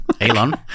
Elon